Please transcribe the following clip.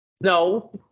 No